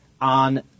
on